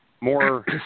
More